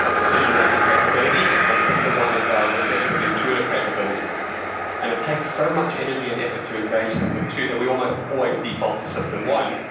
decision-making capability, and system one is our reflexive, intuitive capability it and takes so much energy and effort to engage system two that we almost always default to system one,